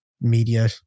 media